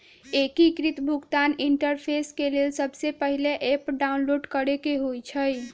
एकीकृत भुगतान इंटरफेस के लेल सबसे पहिले ऐप डाउनलोड करेके होइ छइ